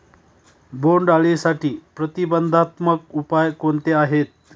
बोंडअळीसाठी प्रतिबंधात्मक उपाय कोणते आहेत?